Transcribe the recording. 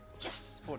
Yes